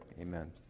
amen